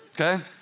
okay